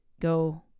go